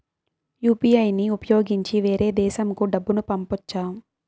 UPI ని ఉపయోగించి వేరే దేశంకు డబ్బును పంపొచ్చా?